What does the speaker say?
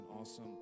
awesome